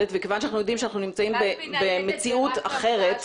וכיוון שאנחנו יודעים שאנחנו נמצאים במציאות אחרת --- קלפי ניידת,